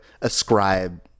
ascribe